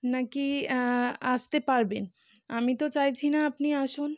নাকি আসতে পারবেন আমি তো চাইছি না আপনি আসুন